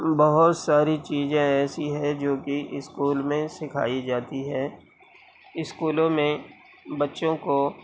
بہت ساری چیزیں ایسی ہیں جو کہ اسکول میں سکھائی جاتی ہیں اسکولوں میں بچوں کو